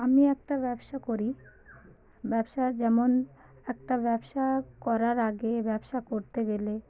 আমি একটা ব্যবসা করি ব্যবসা যেমন একটা ব্যবসা করার আগে ব্যবসা করতে গেলে